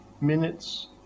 minutes